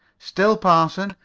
still, parson,